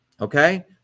okay